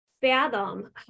fathom